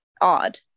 odd